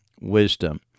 wisdom